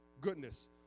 goodness